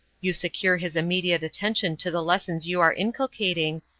you secure his immediate attention to the lessons you are inculcating,